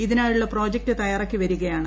ഇതിനായുള്ള പ്രോജക്ട് തയ്യാറാക്കി വരുകയാണ്